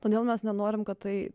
todėl mes nenorim kad tai